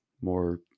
more